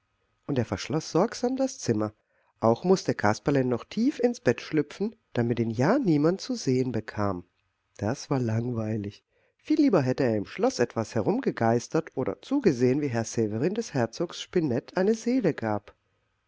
und er verschloß sorgsam das zimmer auch mußte kasperle noch tief ins bett schlüpfen damit ihn ja niemand zu sehen bekam das war langweilig viel lieber hätte er im schloß etwas herumgegeistert oder zugesehen wie herr severin des herzogs spinett eine seele gab